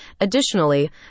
Additionally